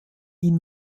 ihn